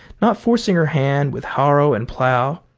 not forcing her hand with harrow and plow.